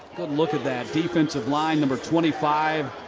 look at that defensive line, number twenty five,